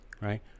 right